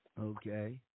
Okay